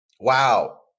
Wow